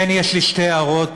כן יש לי שתי הערות